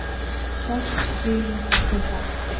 soft breathes the vow,